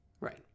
Right